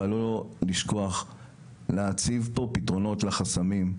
אבל לא לשכוח להציב פה פתרונות לחסמים.